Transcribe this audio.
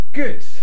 good